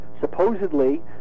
supposedly